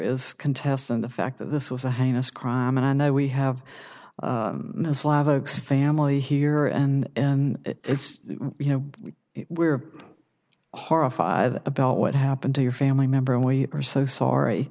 is contesting the fact that this was a heinous crime and i know we have family here and and it's you know we're horrified about what happened to your family member and we are so sorry